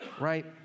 Right